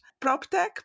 PropTech